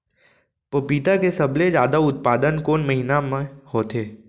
पपीता के सबले जादा उत्पादन कोन महीना में होथे?